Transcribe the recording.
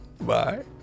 Bye